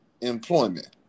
employment